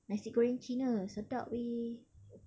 nasi goreng cina sedap eh